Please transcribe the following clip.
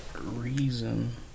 reason